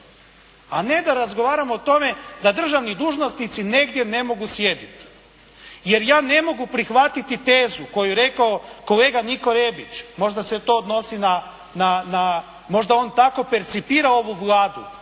a ne da razgovaramo o tome da državni dužnosnici negdje ne mogu sjediti. Jer ja ne mogu prihvatiti tezu koju je rekao kolega Niko Rebić, možda se to odnosi na, možda